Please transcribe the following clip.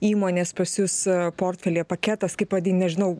įmonės pas jus portfeliai ar paketas kaip vadint nežinau